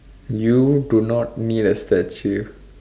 you do not need a statue